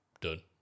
done